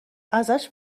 ازش